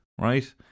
right